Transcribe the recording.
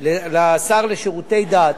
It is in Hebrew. לשר לשירותי דת,